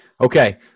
Okay